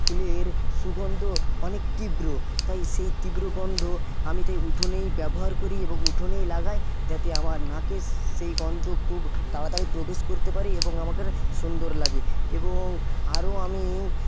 ফুলের সুগন্ধ অনেক তীব্র তাই সেই তীব্র গন্ধ আমি তাই উঠোনেই ব্যবহার করি এবং উঠোনেই লাগাই যাতে আমার নাকে সেই গন্ধ খুব তাড়াতাড়ি প্রবেশ করতে পারে এবং আমাকে সুন্দর লাগে এবং আরো আমি